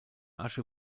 asche